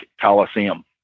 Coliseum